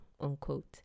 Unquote